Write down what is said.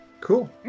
Cool